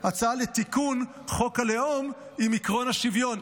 הצעה לתיקון חוק הלאום עם עקרון השוויון,